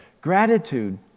Gratitude